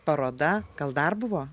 paroda gal dar buvo